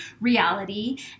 reality